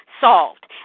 solved